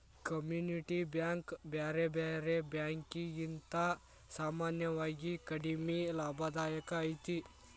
community bank ಬ್ಯಾರೆ ಬ್ಯಾರೆ ಬ್ಯಾಂಕಿಕಿಗಿಂತಾ ಸಾಮಾನ್ಯವಾಗಿ ಕಡಿಮಿ ಲಾಭದಾಯಕ ಐತಿ